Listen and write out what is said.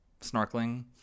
snorkeling